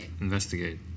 Investigate